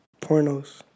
pornos